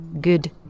good